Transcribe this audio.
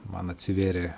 man atsivėrė